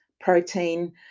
protein